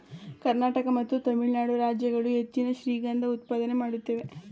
ಕರ್ನಾಟಕ ಮತ್ತು ತಮಿಳುನಾಡು ರಾಜ್ಯಗಳು ಹೆಚ್ಚಿನ ಶ್ರೀಗಂಧ ಉತ್ಪಾದನೆ ಮಾಡುತ್ತೇವೆ